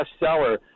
bestseller